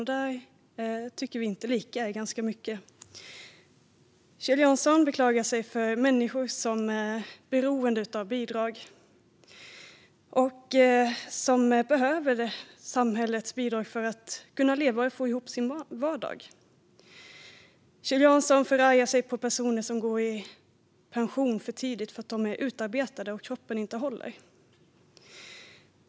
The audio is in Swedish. Vi tycker olika om ganska mycket. Kjell Jansson beklagar sig över att människor blir beroende av bidrag och behöver samhällets bidrag för att kunna leva och få ihop sin vardag. Kjell Jansson förargar sig över att personer går i pension för tidigt för att de är utarbetade och kroppen inte håller.